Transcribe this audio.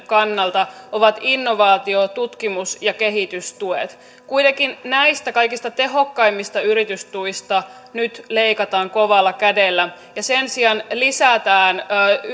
kannalta ovat innovaatio tutkimus ja kehitystuet kuitenkin näistä kaikista tehokkaimmista yritystuista nyt leikataan kovalla kädellä ja sen sijaan lisätään